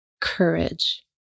courage